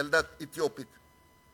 ילדה אתיופית.